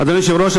אדוני היושב-ראש,